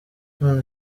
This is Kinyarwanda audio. none